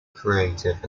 creative